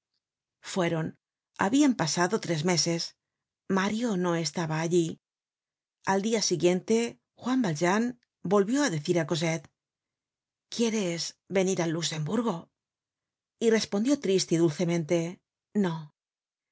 fueron habian pasado tres meses mario no iba ya mario no estaba allí al dia siguiente juan valjean volvió á decir á cosette quieres venir al luxemburgo y respondió triste y dulcemente no